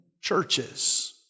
churches